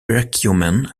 perkiomen